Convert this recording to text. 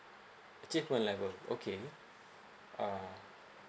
achievement level okay ah